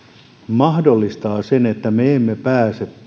mahdollistaa sen että me emme päästä